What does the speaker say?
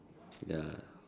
ya